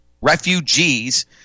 refugees